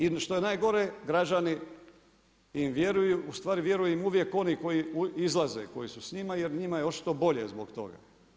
I što je najgore, građani im vjeruju, ustvari vjeruju im uvijek oni koji izlaze koji su s njima, jer njima je očito bolje zbog toga.